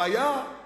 הבעיה היא